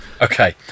Okay